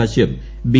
Kashyap B